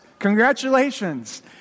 Congratulations